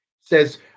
says